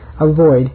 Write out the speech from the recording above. avoid